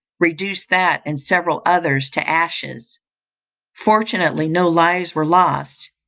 reduced that and several others to ashes fortunately no lives were lost,